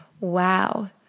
wow